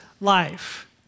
life